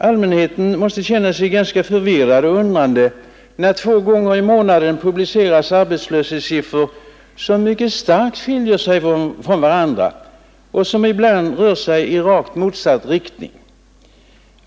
Allmänheten måste ställa sig ganska undrande när det två gånger i månaden publiceras arbetslöshetssiffror som mycket starkt skiljer sig från varandra och som ibland pekar i rakt motsatt riktning.